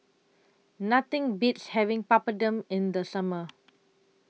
Nothing Beats having Papadum in The Summer